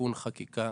תיקון חקיקה